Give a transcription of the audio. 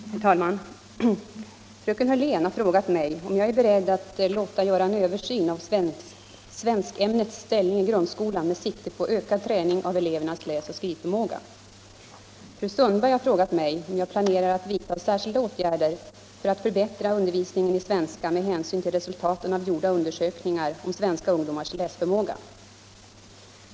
Herr talman! Fröken Hörlén har frågat mig om jag är beredd att låta göra en översyn av svenskämnets ställning i grundskolan med sikte på ökad träning av elevernas läsoch skrivförmåga. Fru Sundberg har frågat mig om jag planerar att vidta särskilda åtgärder för att förbättra undervisningen i svenska med hänsyn till resultaten av gjorda undersökningar om svenska ungdomars läsförmåga.